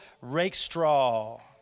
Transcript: Rakestraw